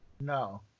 No